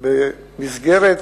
במסגרת